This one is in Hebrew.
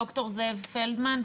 ד"ר זאב פלדמן,